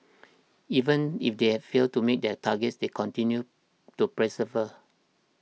even if they failed to meet their targets they continue to persevere